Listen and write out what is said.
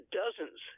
dozens